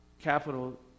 capital